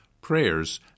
prayers